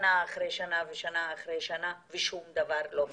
שנה אחרי שנה ושנה אחרי שנה ושום דבר לא משתנה.